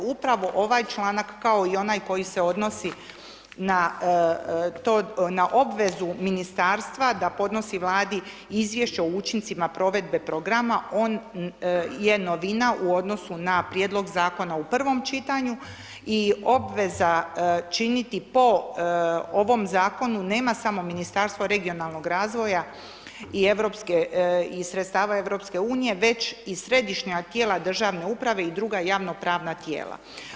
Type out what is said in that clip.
Upravo ovaj članak kao i onaj koji se odnosi na to, na obvezu ministarstva da podnosi Vladi izvješće o učincima provedbe programa, on je novina u odnosu na prijedlog zakona u prvom čitanju i obveza činiti po ovom zakonu nema samo Ministarstvo regionalnog razvoja i sredstava EU već i središnja tijela državne uprave i druga javnopravna tijela.